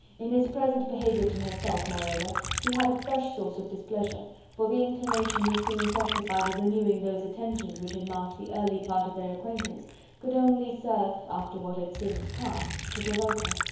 in his present behaviour to herself, moreover, she had a fresh source of displeasure, for the inclination he soon testified of renewing those intentions which had marked the early part of their acquaintance could only serve after what had since passed, to provoke her.